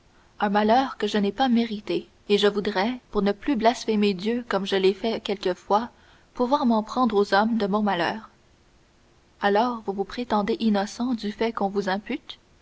un malheur que je n'ai pas mérité et je voudrais pour ne plus blasphémer dieu comme je l'ai fait quelquefois pouvoir m'en prendre aux hommes de mon malheur alors vous vous prétendez innocent du fait qu'on vous impute